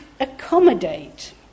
accommodate